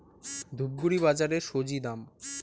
ধূপগুড়ি বাজারের স্বজি দাম?